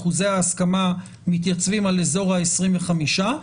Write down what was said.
אחוזי ההסכמה מתייצבים על אזור ה-25%,